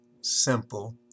simple